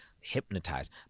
hypnotized